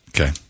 okay